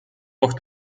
auch